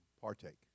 partake